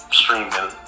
streaming